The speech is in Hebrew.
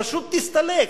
פשוט תסתלק.